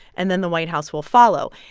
and then the white house will follow.